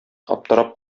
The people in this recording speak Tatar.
аптырап